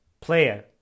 Player